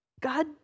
God